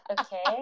okay